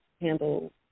handle